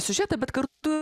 siužetą bet kartu